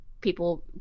people